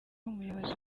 umuyobozi